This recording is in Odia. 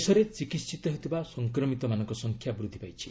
ଦେଶରେ ଚିକିିିତ ହେଉଥିବା ସଂକ୍ରମିତମାନଙ୍କ ସଂଖ୍ୟା ବୃଦ୍ଧି ପାଇଛି